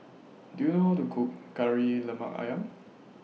Do YOU know How to Cook Kari Lemak Ayam